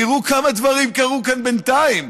תראו כמה דברים קרו כאן בינתיים,